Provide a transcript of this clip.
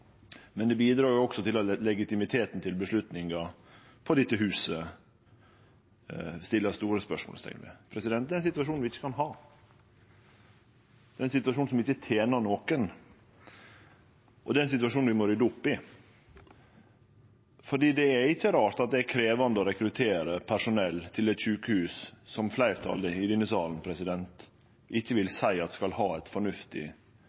men det bidreg også til at det vert sett store spørsmålsteikn ved legitimiteten til avgjerder tekne på dette huset. Det er ein situasjon vi ikkje kan ha, det er ein situasjon som ikkje tener nokon, og det er ein situasjon vi må rydde opp i. Det er ikkje rart at det er krevjande å rekruttere personell til eit sjukehus som fleirtalet i denne salen ikkje vil seie skal ha eit fornuftig